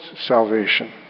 salvation